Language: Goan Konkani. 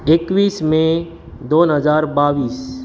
एकवीस मे दोन हजार बावीस